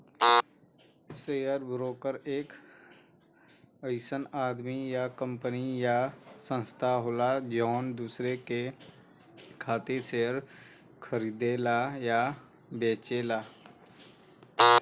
share broker एक अइसन आदमी या कंपनी या संस्थान होला जौन दूसरे के खातिर शेयर खरीदला या बेचला